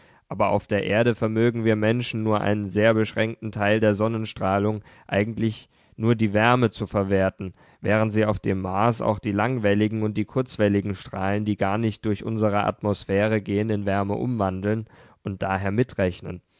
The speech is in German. aber auf der erde vermögen wir menschen nur einen sehr beschränkten teil der sonnenstrahlung eigentlich nur die wärme zu verwerten während sie auf dem mars auch die langwelligen und die kurzwelligen strahlen die gar nicht durch unsere atmosphäre gehen in wärme umwandeln und daher mitrechnen